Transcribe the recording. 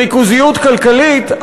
ריכוזיות כלכלית,